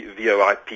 VOIP